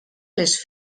les